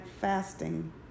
fasting